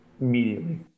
immediately